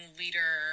leader